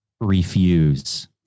refuse